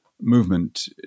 movement